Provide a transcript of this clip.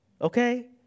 Okay